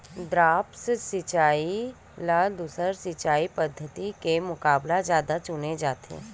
द्रप्स सिंचाई ला दूसर सिंचाई पद्धिति के मुकाबला जादा चुने जाथे